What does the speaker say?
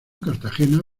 cartagena